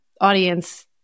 audience